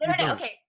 okay